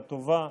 הטובה.